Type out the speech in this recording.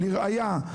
לראייה,